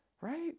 Right